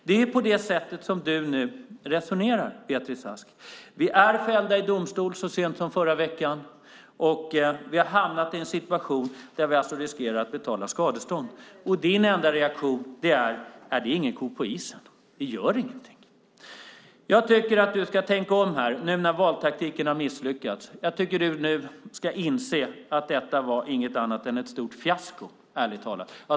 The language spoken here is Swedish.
Det är på det sättet som du resonerar, Beatrice Ask. Vi blev fällda i domstol så sent som i förra veckan. Vi har hamnat i en situation där vi alltså riskerar att få betala skadestånd. Din enda reaktion är: Det är ingen ko på isen. Det gör inget. Beatrice Ask, jag tycker att du ska tänka om nu när valtaktiken har misslyckats och inse att detta inte var något annat än ett stort fiasko.